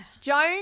Joan